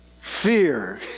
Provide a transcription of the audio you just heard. fear